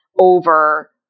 over